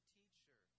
teacher